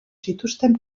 zituzten